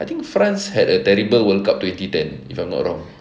I think france had a terrible world cup twenty ten if I'm not wrong